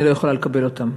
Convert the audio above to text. אני לא יכולה לקבל אותן.